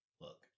look